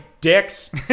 dicks